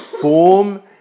form